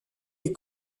les